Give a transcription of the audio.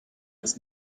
ist